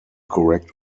correct